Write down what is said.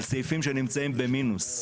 על סעיפים שנמצאים במינוס,